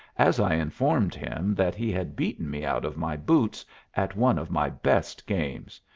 as i informed him that he had beaten me out of my boots at one of my best games.